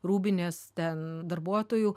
rūbinės ten darbuotojų